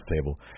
table